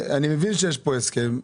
אני מבין שיש פה הסכם.